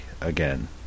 again